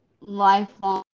lifelong